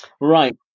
Right